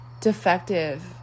defective